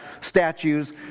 statues